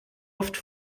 oft